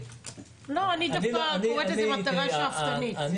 לא, אני דווקא קוראת לזה מטרה שאפתנית.